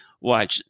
watch